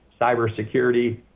cybersecurity